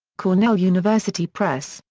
cornell university press,